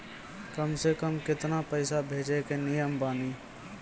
कम से कम केतना पैसा भेजै के नियम बानी?